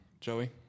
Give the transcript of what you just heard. Joey